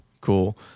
Cool